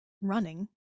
running